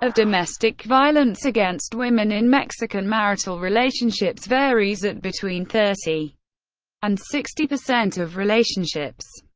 of domestic violence against women in mexican marital relationships varies at between thirty and sixty percent of relationships.